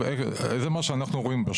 זה לא עולים.